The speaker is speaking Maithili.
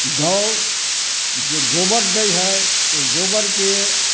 गउ जे गोबर दै हइ ओ गोबरके